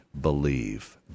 believe